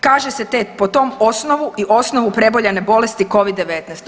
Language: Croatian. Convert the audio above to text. Kaže se po tom osnovu i osnovu preboljene bolesti covid 19.